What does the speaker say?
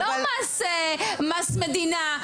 זה לא מעשה מס מדינה.